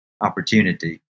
opportunity